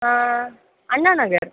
Anna Nagar